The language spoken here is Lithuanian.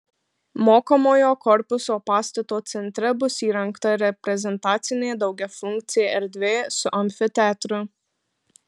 mokomojo korpuso pastato centre bus įrengta reprezentacinė daugiafunkcė erdvė su amfiteatru